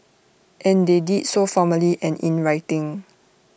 and they did so formally and in writing